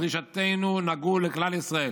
דרישותינו נגעו לכלל ישראל.